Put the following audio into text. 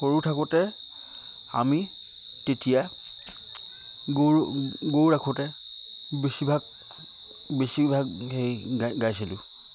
সৰু থাকোঁতে আমি তেতিয়া গৰু গৰু ৰাখোঁতে বেছিভাগ বেছিভাগ হেৰি গাই গাইছিলোঁ